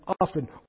often